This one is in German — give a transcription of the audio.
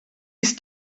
ist